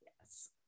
Yes